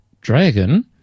dragon